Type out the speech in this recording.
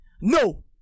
No